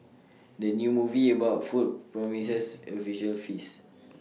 the new movie about food promises A visual feast